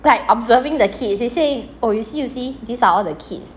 like observing the kids then say oh you see you see these are all the kids